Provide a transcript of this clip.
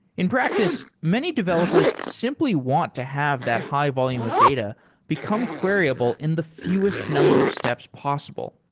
in practice, many developers simply want to have that high-volume of data become queryable in the fewest number of steps possible.